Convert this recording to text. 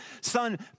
Son